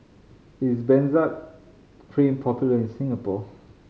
is Benzac Cream popular in Singapore